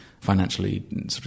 financially